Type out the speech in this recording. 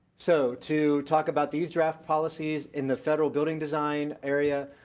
so, to talk about these draft policies in the federal building design area,